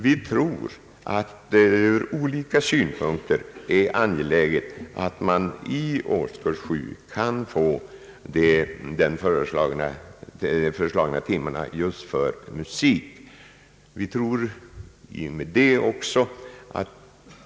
Vi tror att det ur olika synpunkter är angeläget att man i årskurs 7 kan få de föreslagna timmarna för musik.